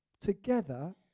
together